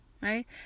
right